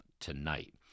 tonight